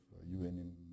UN